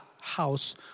house